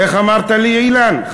איך אמרת לי, אילן?